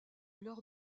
lors